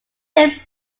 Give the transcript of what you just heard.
then